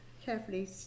carefully